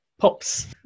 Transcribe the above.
pops